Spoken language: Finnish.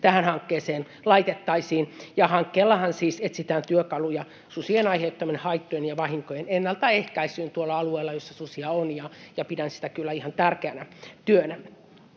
tähän hankkeeseen laitettaisiin. Hankkeellahan siis etsitään työkaluja susien aiheuttamien haittojen ja vahinkojen ennaltaehkäisyyn tuolla alueella, missä susia on, ja pidän sitä kyllä ihan tärkeänä työnä.